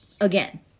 again